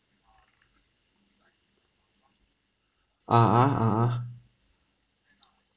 ah ah ah ah